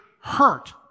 hurt